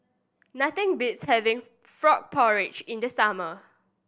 nothing beats having frog porridge in the summer